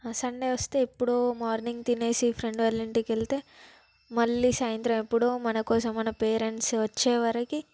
Sunday వస్తే ఎప్పుడో morning తినేసి ఫ్రెండ్ వాళ్ళ ఇంటికెళ్తే మళ్ళీ సాయంత్రం ఎప్పుడో మన కోసం మన పేరెంట్స్ వచ్చేవరికి